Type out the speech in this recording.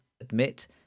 admit